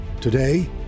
Today